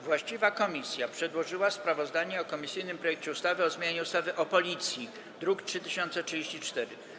Właściwa komisja przedłożyła sprawozdanie o komisyjnym projekcie ustawy o zmianie ustawy o Policji, druk nr 3034.